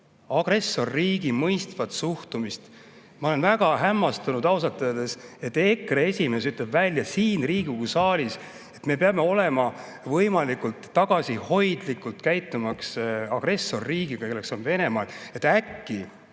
agressorriigi mõistvat suhtumist. Ma olen väga hämmastunud ausalt öeldes, et EKRE esimees ütleb välja siin Riigikogu saalis, et me peame võimalikult tagasihoidlikult käituma agressorriigiga, kelleks on Venemaa, et äkki